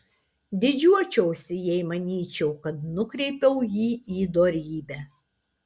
didžiuočiausi jei manyčiau kad nukreipiau jį į dorybę